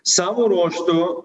savo ruoštu